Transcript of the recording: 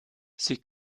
sie